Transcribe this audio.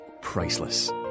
priceless